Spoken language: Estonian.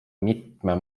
mitme